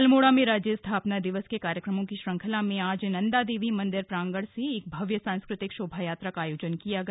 अल्मोड़ा में राज्य स्थापना दिवस के कार्यक्रमों की श्रृंखला में आज नन्दादेवी मन्दिर प्रांगण से एक भव्य सांस्कृतिक शोभायात्रा का आयोजन किया गया